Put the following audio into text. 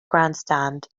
grandstand